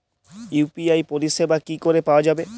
UPI পরিষেবা কি করে পাওয়া যাবে?